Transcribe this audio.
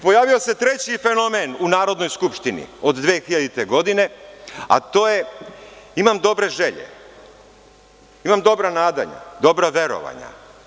Pojavio se i treći fenomen u Narodnoj skupštini od 2000. godine, a to je – imam dobre želje, imam dobra nadanja, dobra verovanja.